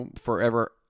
forever